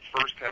first